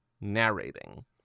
narrating